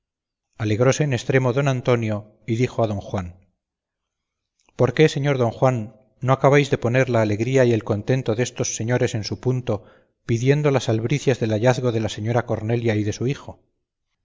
alegróse en estremo don antonio y dijo a don juan por qué señor don juan no acabáis de poner la alegría y el contento destos señores en su punto pidiendo las albricias del hallazgo de la señora cornelia y de su hijo